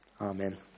amen